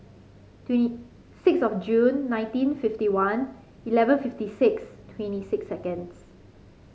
twenty six of June nineteen fifty one eleven fifty six twenty six seconds